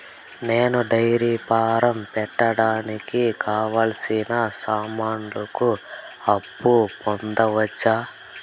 నేను dairy farm పెట్టడానికి కావాల్సిన సామాన్లకు అప్పు పొందొచ్చా?